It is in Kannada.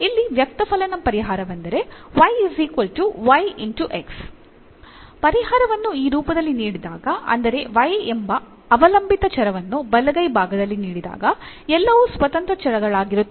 ಇಲ್ಲಿ ವ್ಯಕ್ತಫಲನ ಪರಿಹಾರವೆಂದರೆ ಪರಿಹಾರವನ್ನು ಈ ರೂಪದಲ್ಲಿ ನೀಡಿದಾಗ ಅಂದರೆ y ಎಂಬ ಅವಲಂಬಿತ ಚರವನ್ನು ಬಲಗೈ ಭಾಗದಲ್ಲಿ ನೀಡಿದಾಗ ಎಲ್ಲವೂ ಸ್ವತಂತ್ರ ಚರಗಳಾಗಿರುತ್ತದೆ